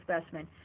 specimen